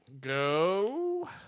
Go